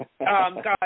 God